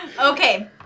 okay